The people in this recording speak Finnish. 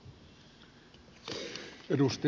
arvoisa puhemies